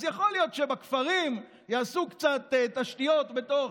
אז יכול להיות שבכפרים יעשו קצת תשתיות בתוך,